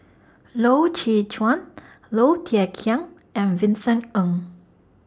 Loy Chye Chuan Low Thia Khiang and Vincent Ng